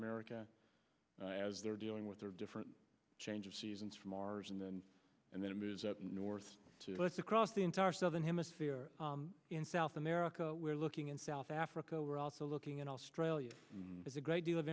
america as they're dealing with their different change of seasons from ours and then and then it moves up north to let's across the entire southern hemisphere in south america we're looking in south africa we're also looking at australia as a great deal of